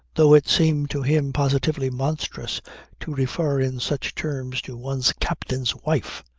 though it seemed to him positively monstrous to refer in such terms to one's captain's wife.